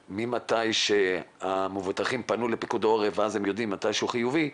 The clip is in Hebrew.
ממתי שהמבוטחים פנו לפיקוד העורף ואז הם יודעים מתי הוא חיובי,